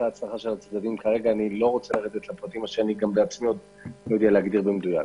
לא לרדת לפרטים שבעצמי איני יודע במדויק.